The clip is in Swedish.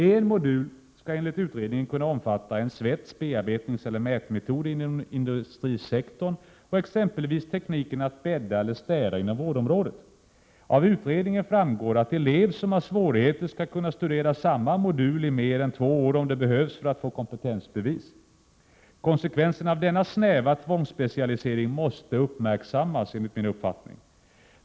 En modul skall enligt utredningen kunna omfatta en svets-, bearbetningseller mätmetod inom industrisektorn och exempelvis tekniken att bädda eller städa inom vårdområdet. Av utredningen framgår att elev som har svårigheter skall kunna studera samma modul i mer än två år om det behövs för att få kompetensbevis. Konsekvenserna av denna snäva tvångsspecialisering måste uppmärksammas.